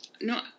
no